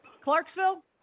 Clarksville